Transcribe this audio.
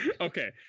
Okay